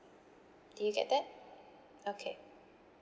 do you get that okay